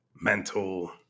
mental